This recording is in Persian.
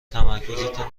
تمرکزتان